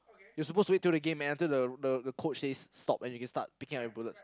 you're supposed to wait till the game end until the the the coach says stop and you start picking up your bullets